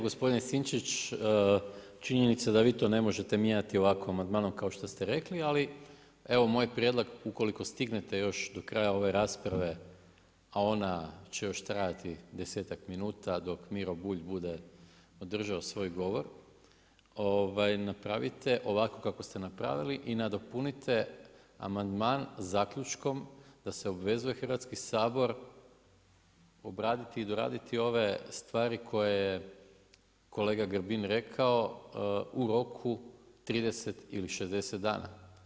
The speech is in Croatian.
Gospodine Sinčić, činjenica da vi to ne možete mijenjati ovako amandmanom kao što ste rekli ali evo moj je prijedlog ukoliko stignete još do kraja ove rasprave a ona će još trajati 10-ak minuta dok Miro Bulj bude održao svoj govor, napravite ovako kako ste napravili i nadopunite amandman zaključkom da se obvezuje Hrvatski sabor obraditi i doraditi ove stvari koje je kolega Grbin rekao u roku od 30 ili 60 dana.